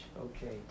okay